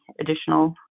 additional